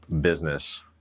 business